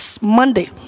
Monday